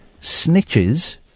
Snitches